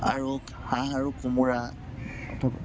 আৰু হাঁহ আৰু কোমোৰা